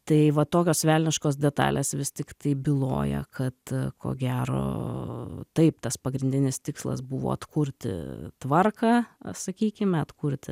tai va tokios velniškos detalės vis tiktai byloja kad ko gero taip tas pagrindinis tikslas buvo atkurti tvarką sakykime atkurti